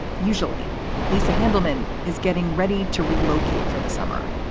usually lisa handelman is getting ready to relocate for the summer,